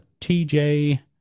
TJ